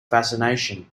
fascination